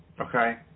Okay